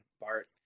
Bart